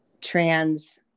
trans